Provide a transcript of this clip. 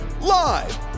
live